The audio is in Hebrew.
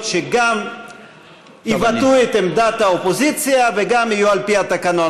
שגם יבטאו את עמדת האופוזיציה וגם יהיו על פי התקנון,